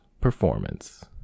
performance